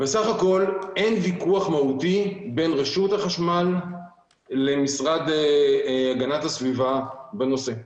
בסך הכול אין ויכוח מהותי בין רשות החשמל למשרד להגנת הסביבה בנושא.